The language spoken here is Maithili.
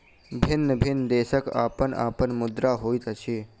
भिन्न भिन्न देशक अपन अपन मुद्रा होइत अछि